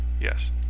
Yes